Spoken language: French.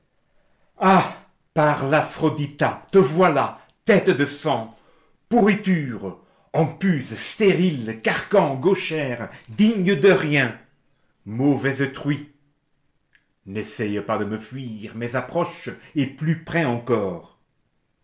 par l'aphrodita te voilà tête de sang pourriture empuse stérile carcan gauchère digne de rien mauvaise truie n'essaie pas de me fuir mais approche et plus près encore